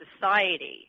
society